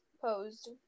posed